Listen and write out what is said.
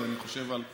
אני חושב על 100,